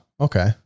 okay